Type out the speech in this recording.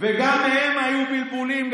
וגם מהם היו בלבולים,